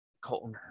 Colton